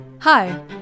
Hi